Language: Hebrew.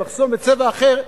מחסום בצבע אחר,